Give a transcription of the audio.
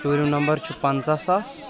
ژوٗرِم نمبر چھُ پنژہ ساس